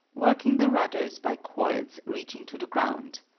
working the rudders by cords reaching to the ground.